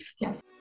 yes